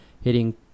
hitting